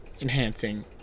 enhancing